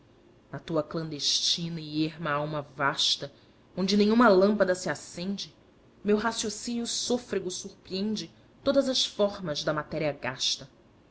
na tua clandestina e erma alma vasta onde nenhuma lâmpada se acende meu raciocínio sôfrego surpreende todas as formas da matéria gasta